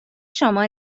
شما